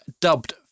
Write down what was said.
dubbed